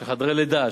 של חדרי לידה,